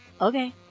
Okay